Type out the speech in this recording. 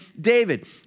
David